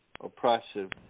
oppressive